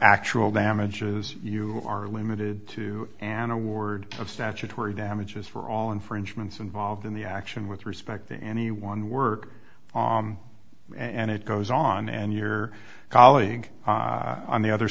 actual damages you are limited to an award of statutory damages for all infringements involved in the action with respect to any one work and it goes on and your colleague on the other